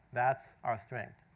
that's our strength.